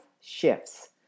shifts